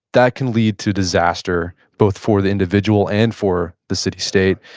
that can lead to disaster both for the individual and for the city-state.